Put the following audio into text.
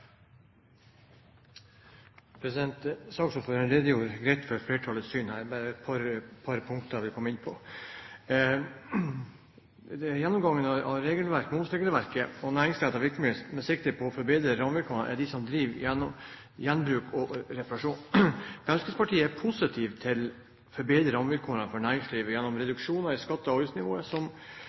bare et par punkter jeg vil komme inn på. Det er gjennomgangen av momsregelverket og næringsrettet virksomhet med sikte på å forbedre rammevilkårene for dem som driver gjenbruk og reparasjon. Fremskrittspartiet er positiv til å forbedre rammevilkårene for næringslivet gjennom reduksjon av skatte- og avgiftsnivået,